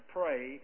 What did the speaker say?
pray